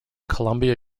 columbia